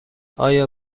آیا